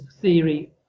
theory